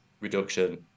reduction